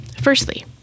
Firstly